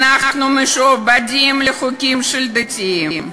אנחנו משועבדים לחוקים של דתיים,